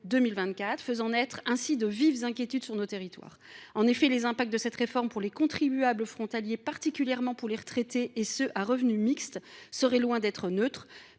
faisant naître de vives inquiétudes dans nos territoires. En effet, les conséquences de cette réforme pour les contribuables frontaliers, particulièrement pour les retraités et ceux qui disposent de revenus mixtes, seraient loin d’être neutres.